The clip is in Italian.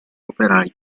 operaio